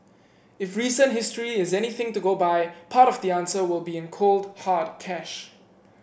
if recent history is anything to go by part of the answer will be in cold hard cash